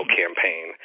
campaign